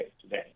today